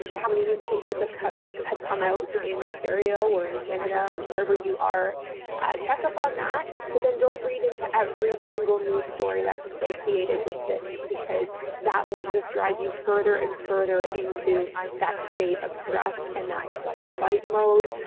how many new cases of cub have come out in ontario or in canada or wherever you are checkup on that. but then don't read into every single news story that's associated with this, because that will just drive you further and further into that state of stress and that flight or fight mode.